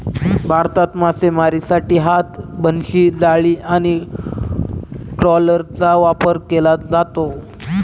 भारतात मासेमारीसाठी हात, बनशी, जाळी आणि ट्रॉलरचा वापर केला जातो